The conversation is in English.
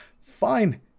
fine